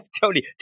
Tony